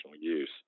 use